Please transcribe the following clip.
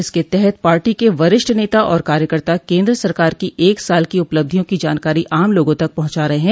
जिसके तहत पार्टी के वरिष्ठ नेता और कार्यकर्ता केन्द्र सरकार की एक साल की उपलब्धियों की जानकारी आम लोगों तक पहुंचा रहे है